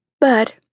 but